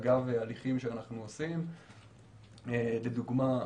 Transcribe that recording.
הליכים שאנחנו עושים, לדוגמה: